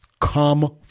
come